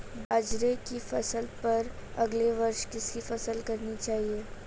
बाजरे की फसल पर अगले वर्ष किसकी फसल करनी चाहिए?